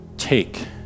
Take